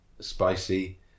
spicy